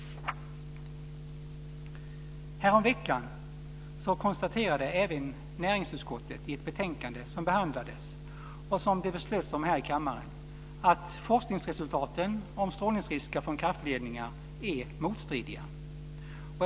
Häromveckan konstaterade även näringsutskottet i ett betänkande, som då behandlades och som det fattades beslut om här i kammaren, att forskningsresultaten vad gäller kraftledningar är motstridiga.